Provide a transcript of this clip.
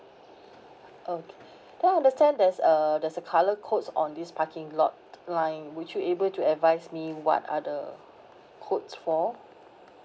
okay don't understand there's a there's a colour codes on these parking lot line would you able to advise me what are the codes for